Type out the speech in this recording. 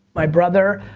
my brother.